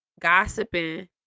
gossiping